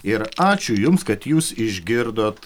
ir ačiū jums kad jūs išgirdot